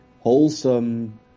wholesome